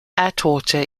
atwater